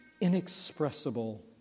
inexpressible